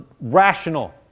rational